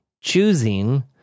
choosing